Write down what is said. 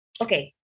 Okay